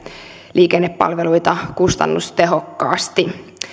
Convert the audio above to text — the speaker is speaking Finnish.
liikennepalveluita kustannustehokkaasti